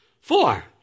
Four